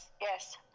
yes